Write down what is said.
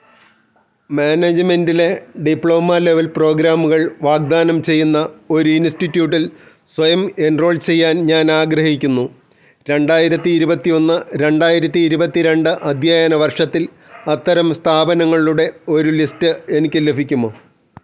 മേനേജ്മെൻ്റിലെ diploma level പ്രോഗ്രാമുകൾ വാഗ്ദാനം ചെയ്യുന്ന ഒരു ഇൻസ്റ്റിറ്റ്യൂട്ടിൽ സ്വയം എൻറോൾ ചെയ്യാൻ ഞാനാഗ്രഹിക്കുന്നു രണ്ടായിരത്തി ഇരുപത്തിയൊന്ന് രണ്ടായിരത്തി ഇരുപത്തി രണ്ട് അദ്ധ്യയന വർഷത്തിൽ അത്തരം സ്ഥാപനങ്ങളുട ഒരു ലിസ്റ്റ് എനിക്ക് ലഭിക്കുമോ